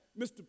Mr